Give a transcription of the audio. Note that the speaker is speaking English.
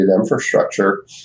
infrastructure